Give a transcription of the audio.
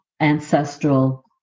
ancestral